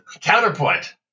counterpoint